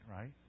right